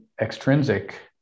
extrinsic